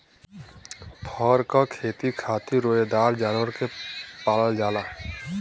फर क खेती खातिर रोएदार जानवर के पालल जाला